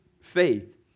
faith